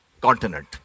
continent